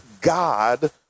God